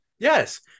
Yes